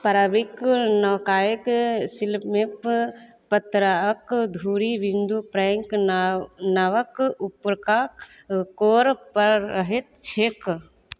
पराबिक नौकायक शिल्पमे पतरक धुरी बिंदु प्रेंक नाव नावक ऊपरका कोर पर रहैत छैक